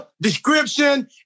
description